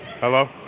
Hello